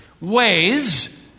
ways